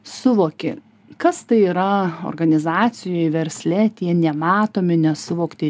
suvoki kas tai yra organizacijoj versle tie nematomi nesuvokti